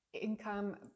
income